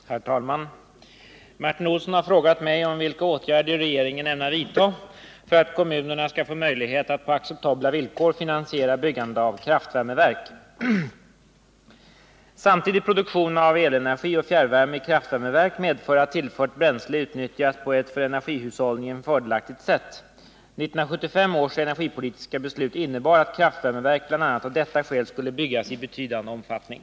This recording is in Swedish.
Herr talman! Martin Olsson har frågat mig vilka åtgärder regeringen ämnar vidta för att kommunerna skall få möjlighet att på acceptabla villkor finansiera byggande av kraftvärmeverk. Samtidig produktion av elenergi och fjärrvärme i kraftvärmeverk medför att tillfört bränsle utnyttjas på ett för energihushållningen fördelaktigt sätt. 1975 års energipolitiska beslut innebar att kraftvärmeverk bl.a. av detta skäl skulle byggas i betydande omfattning.